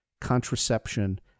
contraception